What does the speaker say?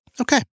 Okay